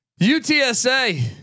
UTSA